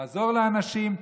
לעזור לאנשים.